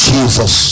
Jesus